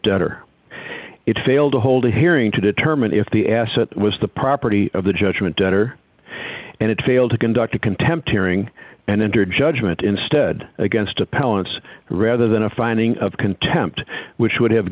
debtor it failed to hold a hearing to determine if the asset was the property of the judgment debtor and it failed to conduct a contempt hearing and entered judgment instead against appellants rather than a finding of contempt which would have